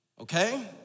Okay